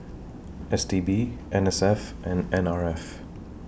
S T B N S F and N R F